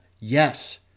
yes